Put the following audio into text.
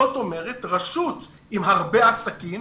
זאת אומרת, רשות עם הרבה עסקים